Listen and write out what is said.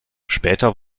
später